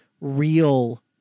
real